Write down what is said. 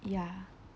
ya